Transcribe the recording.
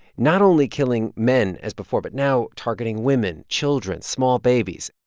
not only killing men as before but now targeting women, children, small babies.